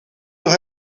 toch